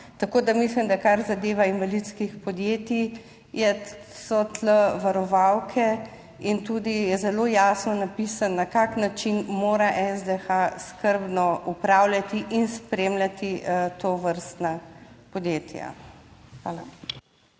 Tako da mislim, da kar zadeva invalidskih podjetij je, so tu varovalke in tudi je zelo jasno napisano na kakšen način mora SDH skrbno upravljati in spremljati tovrstna podjetja. Hvala.